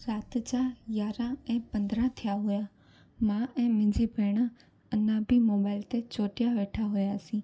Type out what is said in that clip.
राति जा यारहां ऐं पंदरहां थिया हुआ मां ऐं मुंहिंजी भेण अञा बि मोबाइल ते चोटियां वेठा हुआसीं